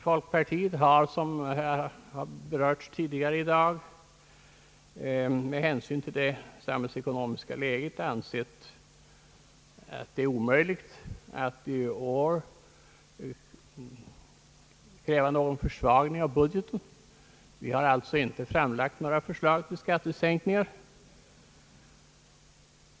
Folkpartiet har, såsom berörts tidigare i dag, med hänsyn till det samhällsekonomiska läget ansett det omöjligt att i år förorda någon försvagning av budgeten. Vi har alltså inte framlagt några förslag till skattesänkningar.